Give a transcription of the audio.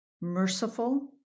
merciful